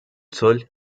sol